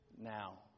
now